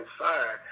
inside